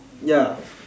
ya